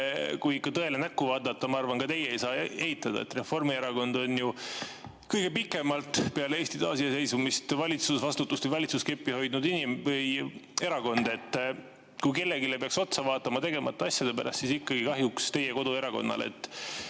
Kui ikka tõele näkku vaadata, ma arvan, siis ka teie ei saa eitada, et Reformierakond on kõige pikemalt peale Eesti taasiseseisvumist valitsusvastutust või valitsuskeppi hoidnud erakond. Kui kellelegi peaks otsa vaatama tegemata asjade pärast, siis ikkagi kahjuks teie koduerakonnale.